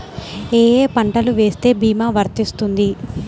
ఏ ఏ పంటలు వేస్తే భీమా వర్తిస్తుంది?